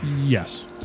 Yes